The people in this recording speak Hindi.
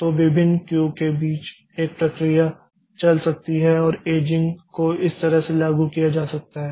तो विभिन्न क्यू के बीच एक प्रक्रिया चल सकती है और एजिंग को इस तरह से लागू किया जा सकता है